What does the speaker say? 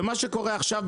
ומה שקורה עכשיו,